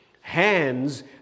hands